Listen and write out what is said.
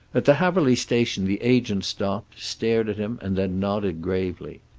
at the haverly station the agent stopped, stared at him and then nodded gravely.